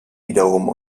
wiederum